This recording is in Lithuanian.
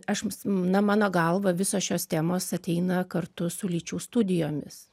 aš na mano galva visos šios temos ateina kartu su lyčių studijomis